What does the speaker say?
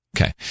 Okay